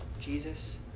Jesus